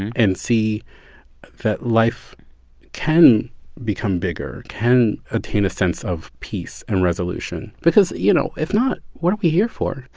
and and see that life can become bigger, can attain a sense of peace and resolution. because, you know, if not, what are we here for?